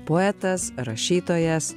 poetas rašytojas